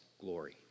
glory